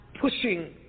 pushing